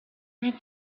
and